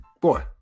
Boy